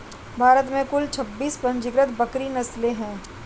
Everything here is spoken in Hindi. भारत में कुल छब्बीस पंजीकृत बकरी नस्लें हैं